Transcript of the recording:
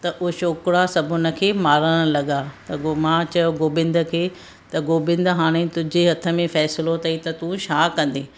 त उहे छोकिरा सभु हुन खे मारणु लॻा त पोइ मां चयो गोबिंद खे त गोबिंद हाणे तुझे हथ में फ़ैसलो अथई त तू छा कंदे